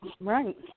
Right